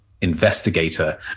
investigator